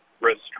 risk